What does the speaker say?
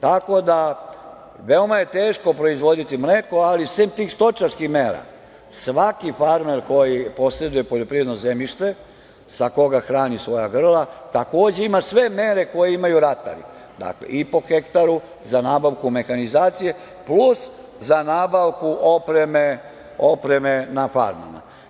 Tako da, veoma je teško proizvoditi mleko, ali sem tih stočarskih mera, svaki farmer koji poseduje poljoprivredno zemljište sa koga hrani svoja grla takođe ima sve mere koje imaju ratari, dakle, i po hektaru za nabavku mehanizacije, plus za nabavku opreme na farmama.